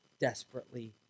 desperately